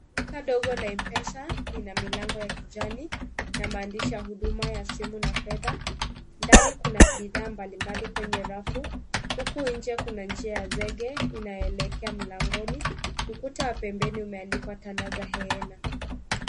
Duka dongo la M-Pesa lina milango ya kijani na maandishi ya huduma ya simu na fedha ndani kuna bidhaa mbalimbali kwenye rafu huku nje kuna njia ya zege inayoelekea mlangoni, ukuta wa pembeni umeandikwa tana za ehena .